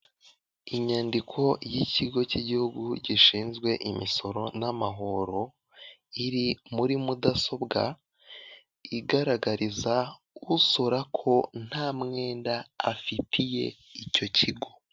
Inyandiko yi kigo cy igihugu gishinzwe imisoro namahoro iri muri mudasobwa igaragariza usora ko nta mwenda afitiye icyo kigo.